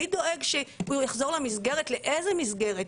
מי דואג שהוא יחזור למסגרת, לאיזה מסגרת?